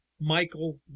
Michael